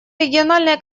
региональные